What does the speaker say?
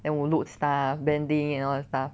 then 我 load stuff bending and all that stuff